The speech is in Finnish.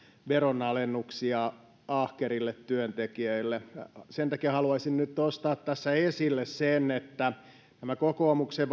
veronalennuksia ahkerille työntekijöille sen takia haluaisin nyt nostaa tässä esille sen että nämä kokoomuksen